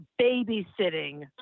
babysitting